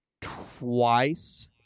twice